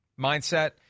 mindset